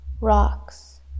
rocks